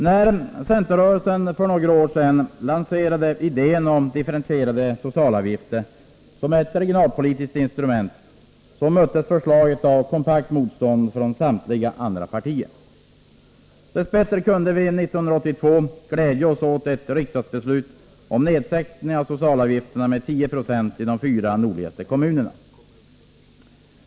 När centerrörelsen för några år sedan lanserade idén om differentierade socialavgifter som ett regionalpolitiskt instrument, möttes förslaget av kompakt motstånd från samtliga andra partier. Dess bättre kunde vi 1982 glädja oss åt ett riksdagsbeslut om nedsättning av socialavgifterna med 10 96 i de fyra nordligaste kommunerna.